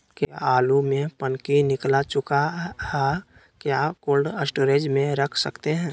क्या आलु में पनकी निकला चुका हा क्या कोल्ड स्टोरेज में रख सकते हैं?